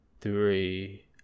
three